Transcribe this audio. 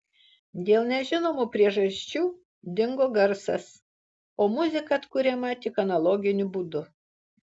dėl nežinomų priežasčių dingo garsas o muzika atkuriama tik analoginiu būdu